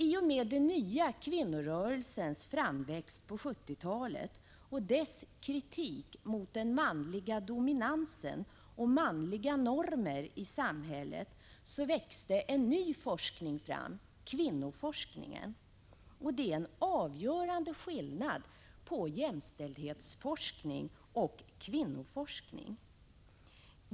I och med den nya kvinnorörelsens framväxt på 1970-talet och dess kritik mot den manliga dominansen och manliga normer i samhället växte en ny forskning fram: kvinnoforskningen. Det finns en avgörande skillnad mellan jämställdhetsforskning och kvinnoforskning.